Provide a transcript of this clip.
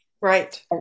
Right